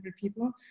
people